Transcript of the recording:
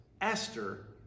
Esther